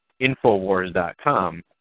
Infowars.com